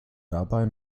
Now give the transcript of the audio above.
dabei